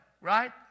right